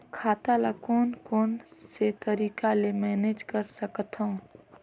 खाता ल कौन कौन से तरीका ले मैनेज कर सकथव?